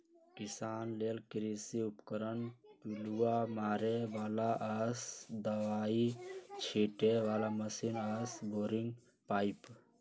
किसान लेल कृषि उपकरण पिलुआ मारे बला आऽ दबाइ छिटे बला मशीन आऽ बोरिंग पाइप